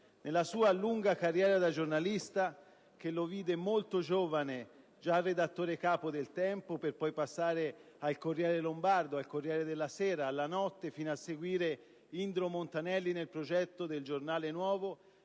Nella sua lunga carriera da giornalista, che lo vide già molto giovane redattore capo de «Il Tempo», per poi passare al «Corriere Lombardo», al «Corriere della Sera» e a «La Notte» fino a seguire Indro Montanelli nel progetto de «il Giornale Nuovo»,